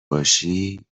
باشی